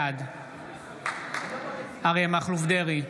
בעד אריה מכלוף דרעי,